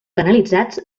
canalitzats